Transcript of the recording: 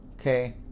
Okay